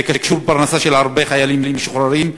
זה קשור לפרנסה של הרבה חיילים משוחררים,